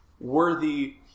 worthy